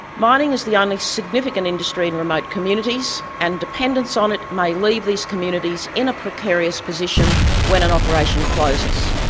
mining is the only significant industry in remote communities, and dependence on it may leave these communities in a precarious position when an operation closes.